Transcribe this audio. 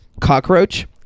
cockroach